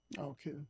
Okay